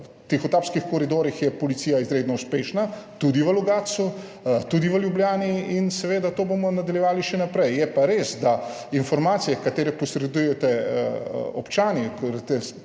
Na tihotapskih koridorjih je policija izredno uspešna, tudi v Logatcu, tudi v Ljubljani, in seveda bomo s tem nadaljevali še naprej. Je pa res, da so informacije, ki jih posredujete občani,